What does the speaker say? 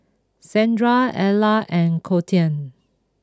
Shandra Ella and Kolten